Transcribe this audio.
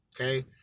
okay